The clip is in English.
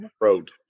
road